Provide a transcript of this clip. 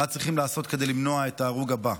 מה צריכים לעשות כדי למנוע את ההרוג הבא.